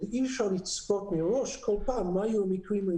אי-אפשר לצפות מראש כל פעם מה יהיה המקרים.